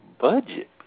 budget